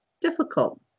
difficult